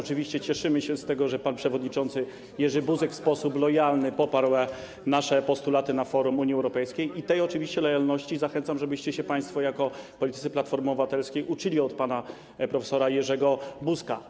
Oczywiście cieszymy się z tego, że pan przewodniczący Jerzy Buzek w sposób lojalny poparł nasze postulaty na forum Unii Europejskiej, i oczywiście do tej lojalności zachęcam, żebyście się państwo jako politycy Platformy Obywatelskiej uczyli od pana prof. Jerzego Buzka.